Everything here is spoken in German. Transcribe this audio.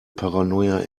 paranoia